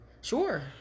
Sure